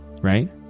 right